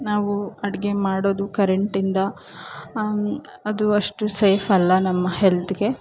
ನಾವು ಅಡುಗೆ ಮಾಡೋದು ಕರೆಂಟಿಂದ ಅದು ಅಷ್ಟು ಸೇಫಲ್ಲ ನಮ್ಮ ಹೆಲ್ತಿಗೆ